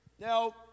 Now